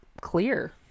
clear